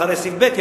אחרי סעיף קטן (ב),